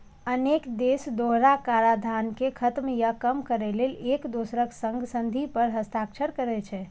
अनेक देश दोहरा कराधान कें खत्म या कम करै लेल एक दोसरक संग संधि पर हस्ताक्षर करै छै